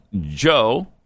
Joe